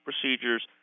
procedures